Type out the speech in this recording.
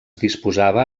disposava